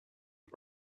but